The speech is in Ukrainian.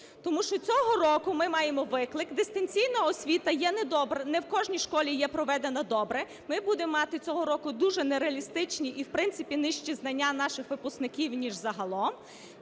Тому що цього року ми маємо виклик – дистанційна освіта, не в кожній школі є проведена добре. Ми будемо мати цього року дуже нереалістичні і, в принципі, нижчі знання наших випускників ніж загалом.